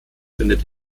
findet